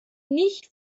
nicht